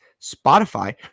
Spotify